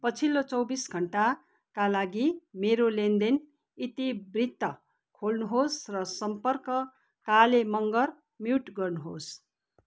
पछिल्लो चौबिस घन्टाका लागि मेरो लेनदेन इतिवृत्त खोल्नुहोस् र सम्पर्क काले मँगर म्युट गर्नुहोस्